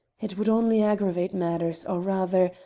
it would only aggravate matters, or rather,